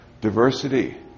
diversity